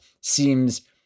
seems